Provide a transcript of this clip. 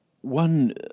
one